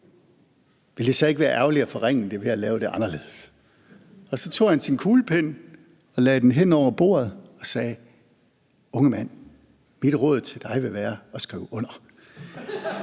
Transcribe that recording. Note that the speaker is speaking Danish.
ville det så ikke være ærgerligt at forringe det ved at lave det anderledes? Og så tog han sin kuglepen og rakte den hen over bordet og sagde: Unge mand, mit råd til dig vil være at skrive under